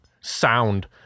sound